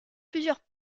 plusieurs